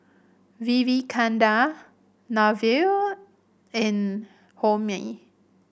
Vivekananda Neila and Homi